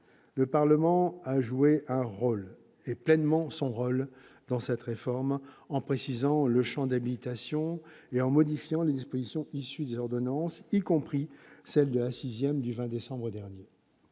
Le Parlement a joué pleinement son rôle dans cette réforme, en précisant le champ de l'habilitation et en modifiant les dispositions issues des ordonnances, y compris celles de la sixième, en date du 20 décembre dernier.